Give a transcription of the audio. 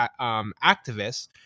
activists